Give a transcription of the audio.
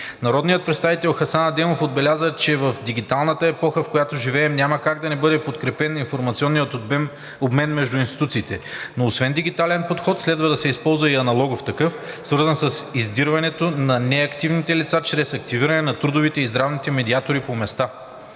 Народният представител Хасан Адемов отбеляза, че в дигиталната епоха, в която живеем, няма как да не бъде подкрепен информационният обмен между институциите. Но освен дигитален подход, следва да се използва и аналогов такъв, свързан с издирването на неактивните лица чрез активиране на трудовите и здравните медиатори по места.